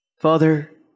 Father